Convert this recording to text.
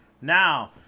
Now